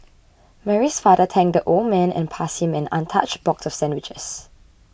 Mary's father thanked the old man and passed him an untouched box of sandwiches